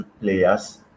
players